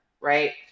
right